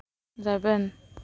ᱨᱮᱵᱮᱱ